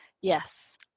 Yes